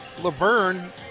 Laverne